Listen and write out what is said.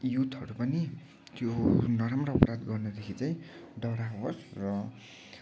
युथहरू पनि त्यो नराम्रो अपराध गर्नदेखि चाहिँ डराओस् र